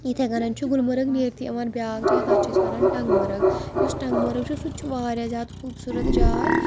یِتھَے کَنَن چھُ گُلمرگ نیت تہِ یِوان بیٛاکھ جاے تَتھ چھِ أسۍ وَنان ٹنٛگمرگ یُس ٹںٛگمرگ چھُ سُہ تہِ چھُ واریاہ زیادٕ خوٗبصوٗرت جاے